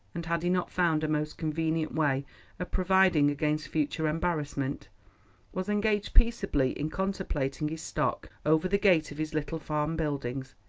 and had he not found a most convenient way of providing against future embarrassment was engaged peaceably in contemplating his stock over the gate of his little farm buildings,